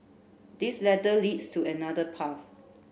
this ladder leads to another path